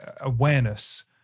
awareness